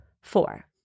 four